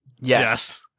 Yes